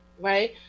Right